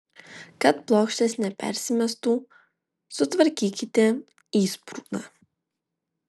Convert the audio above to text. kad plokštės nepersimestų sutvarkykite įsprūdą